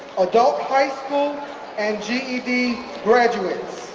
adult high school and ged graduates.